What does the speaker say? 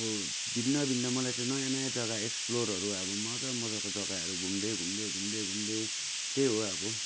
अब भिन्न भिन्न मलाई चाहिँ चैँ नयाँ नयाँ जग्गा एक्सप्लोरहरू अब मजा मजाको जगाहहरू घुम्दै घुम्दै घुम्दै घुम्दै त्यही हो अब